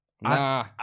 Nah